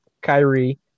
Kyrie